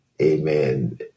Amen